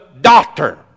doctor